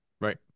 Right